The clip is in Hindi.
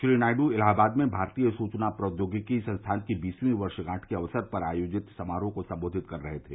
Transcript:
श्री नायडू इलाहाबाद में भारतीय सूचना प्रौद्योगिकी संस्थान की बीसवीं वर्षगांठ के अक्सर पर आयोजित समारोह को संबोधित कर रहे थे